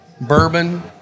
bourbon